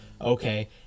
okay